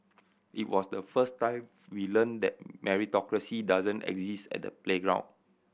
it was the first time we learnt that meritocracy doesn't exist at the playground